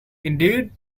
indeed